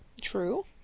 True